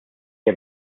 que